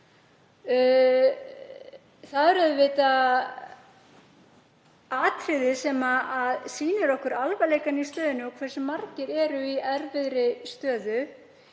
Það er auðvitað atriðið sem sýnir okkur alvarleikann í stöðunni og hversu margir eru í erfiðri stöðu.